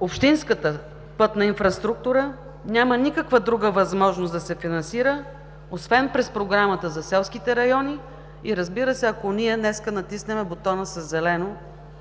общинската пътна инфраструктура няма никаква друга възможност да се финансира, освен през Програмата за селските райони и, разбира се, ако ние днес натиснем бутона със зелено